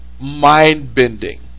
mind-bending